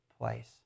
place